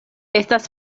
estas